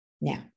Now